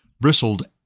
bristled